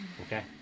Okay